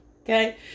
Okay